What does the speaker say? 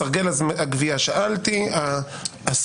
שאלתי על סרגל הגבייה,